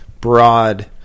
broad